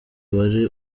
wari